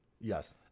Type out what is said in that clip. Yes